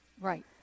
Right